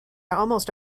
almost